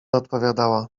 odpowiadała